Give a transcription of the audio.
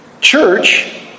Church